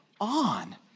on